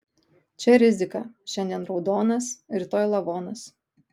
čia rizika šiandien raudonas rytoj lavonas